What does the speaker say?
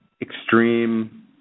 extreme